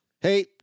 Hey